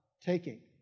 taking